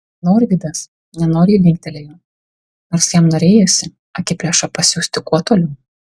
norvydas nenoriai linktelėjo nors jam norėjosi akiplėšą pasiųsti kuo toliau